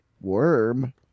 Worm